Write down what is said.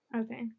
okay